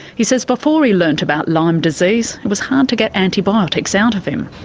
he says before he learnt about lyme disease, it was hard to get antibiotics out of him.